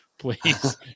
Please